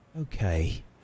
Okay